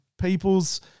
people's